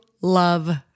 love